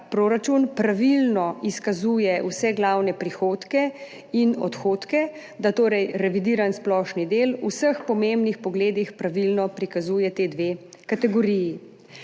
pravilno izkazuje vse glavne prihodke in odhodke, da torej revidiran splošni del v vseh pomembnih pogledih pravilno prikazuje ti dve kategoriji.